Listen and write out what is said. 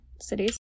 cities